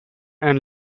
and